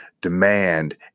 demand